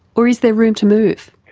or is there room to move?